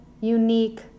unique